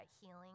healing